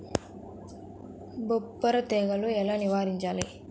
బొబ్బర తెగులు ఎలా నివారించాలి?